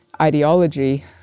ideology